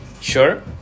sure